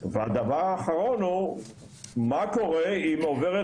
והדבר האחרון הוא מה קורה אם עוברת